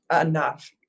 enough